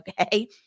okay